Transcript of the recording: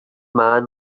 man